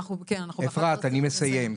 אפרת אני כבר מסיים,